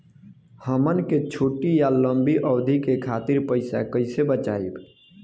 हमन के छोटी या लंबी अवधि के खातिर पैसा कैसे बचाइब?